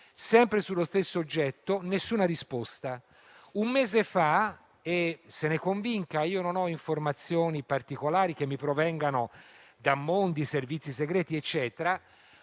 sempre sullo stesso oggetto: nessuna risposta. Un mese fa - se ne convinca: non ho informazioni particolari che mi provengano da mondi, servizi segreti o altro